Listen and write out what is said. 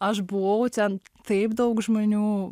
aš buvau ten taip daug žmonių